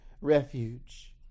refuge